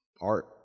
art